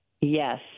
Yes